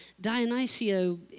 Dionysio